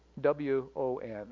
W-O-N